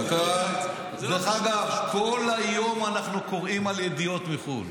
דרך אגב, כל היום אנחנו קוראים על ידיעות מחו"ל.